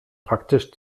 praktisch